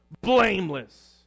blameless